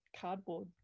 cardboard